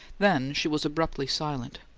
then she was abruptly silent.